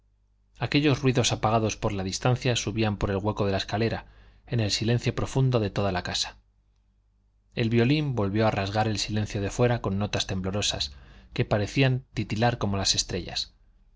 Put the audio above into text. aquellos ruidos apagados por la distancia subían por el hueco de la escalera en el silencio profundo de toda la casa el violín volvió a rasgar el silencio de fuera con notas temblorosas que parecían titilar como las estrellas